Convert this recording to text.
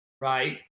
right